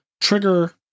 trigger